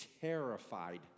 terrified